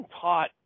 taught